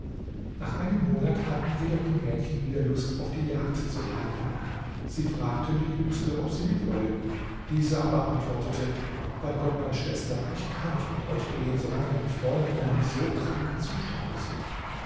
nach einem monat hatten jedoch die mädchen wieder lust auf die jagd zu reiten sie fragten die jüngste ob sie mit wolle diese aber antwortete bei gott meine schwestern ich kann nicht mit euch gehen solange mein freund in einem so kranken zustand ist